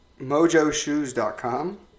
mojoshoes.com